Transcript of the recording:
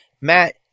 Matt